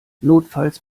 notfalls